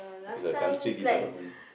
is a country development